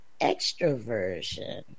extroversion